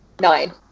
Nine